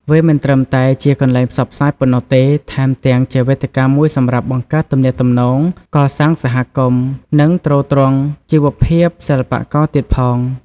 វាមិនត្រឹមតែជាកន្លែងផ្សព្វផ្សាយប៉ុណ្ណោះទេ ថែមទាំងជាវេទិកាមួយសម្រាប់បង្កើតទំនាក់ទំនង កសាងសហគមន៍ និងទ្រទ្រង់ជីវភាពសិល្បករទៀតផង។